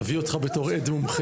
נביא אותך בתור עד מומחה.